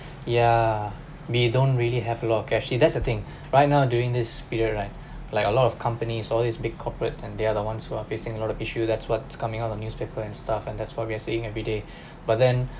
ya we don't really have a lot of cash see that's the thing right now during this period right like a lot of companies all his big corporate and they are the ones who are facing a lot of issue that's what's coming out the newspaper and stuff and that's what we are saying every day but then